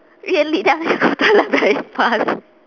really very fast